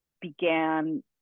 began